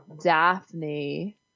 Daphne